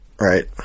Right